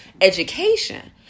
education